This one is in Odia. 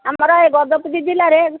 ଆମର ଏ ଗଜପତି ଜିଲ୍ଲାରେ